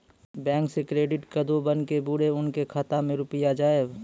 Bank से credit card बन के बुरे उनके खाता मे रुपिया जाएब?